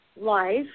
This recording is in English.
life